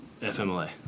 FMLA